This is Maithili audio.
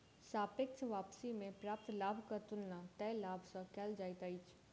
सापेक्ष वापसी में प्राप्त लाभक तुलना तय लाभ सॅ कएल जाइत अछि